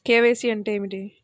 KYC అంటే ఏమి?